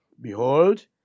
Behold